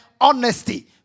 honesty